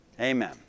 Amen